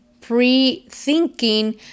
pre-thinking